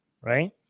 right